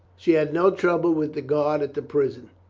she had no trouble with the guard at the prison.